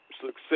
success